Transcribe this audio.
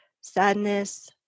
sadness